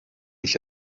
ich